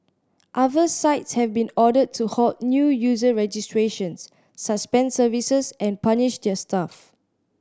other sites have been ordered to halt new user registrations suspend services and punish their staff